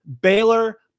Baylor